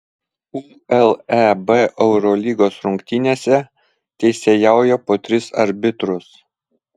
uleb eurolygos rungtynėse teisėjauja po tris arbitrus